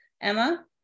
Emma